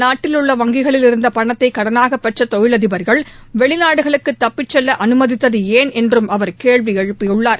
நாட்டில் உள்ள வங்கிகளில் இருந்த பணத்தை கடனாக பெற்ற தொழிலதிபர்கள் வெளிநாடுகளுக்கு தப்பிச் செல்ல அனுமதித்து ஏன் என்றும் அவர் கேள்வி எழுப்பினார்